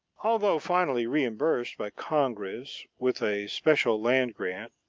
although finally reimbursed by congress with a special land grant,